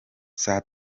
saa